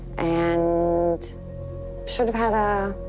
and should have had a